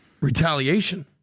retaliation